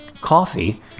coffee